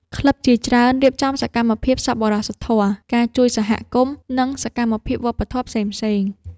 ក្លឹបជាច្រើនរៀបចំសកម្មភាពសប្បុរសធម៌ ការជួយសហគមន៍ ឬសកម្មភាពវប្បធម៌ផ្សេងៗ